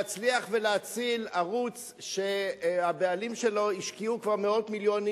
להציל ערוץ שהבעלים שלו השקיעו כבר מאות מיליונים,